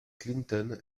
clinton